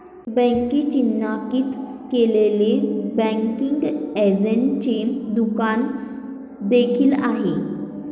बँकेने चिन्हांकित केलेले बँकिंग एजंटचे दुकान देखील आहे